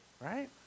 right